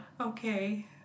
okay